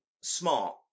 smart